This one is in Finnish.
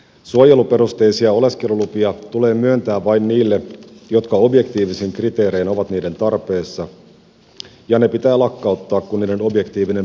suojeluperusteisia oleskelulupia tulee myöntää vain niille jotka objektiivisin kriteerein ovat niiden tarpeessa ja ne pitää lakkauttaa kun niiden objektiivinen perustelu katoaa